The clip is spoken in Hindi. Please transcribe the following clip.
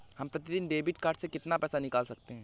हम प्रतिदिन डेबिट कार्ड से कितना पैसा निकाल सकते हैं?